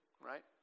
right